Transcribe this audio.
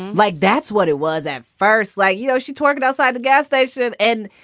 like that's what it was at first. like, you know, she talked outside the gas station and,